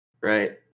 Right